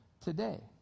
today